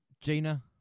Gina